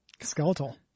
Skeletal